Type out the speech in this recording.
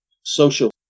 social